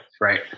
Right